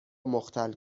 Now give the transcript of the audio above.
مختل